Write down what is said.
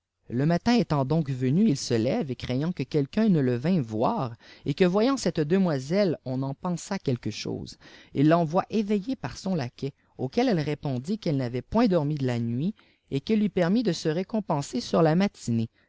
le matin étant donc venu il se lève et craignant que quelqu'un ne le vînt voir et que voyant cette demoiselle on en pensât quelque chose il renvoie éveiller par son laquais auquel elle répondit qu'elle n'avait point dormi de la nuit et qu'il lui permît de se récompenser sur la matinée